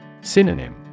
Synonym